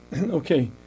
Okay